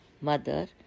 Mother